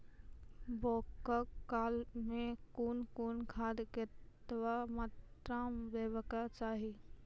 बौगक काल मे कून कून खाद केतबा मात्राम देबाक चाही?